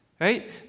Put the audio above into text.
Right